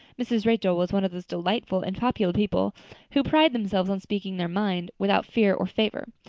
mrs. rachel was one of those delightful and popular people who pride themselves on speaking their mind without fear or favor.